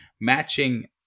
Matching